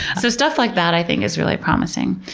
so stuff like that i think is really promising.